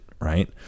right